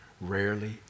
rarely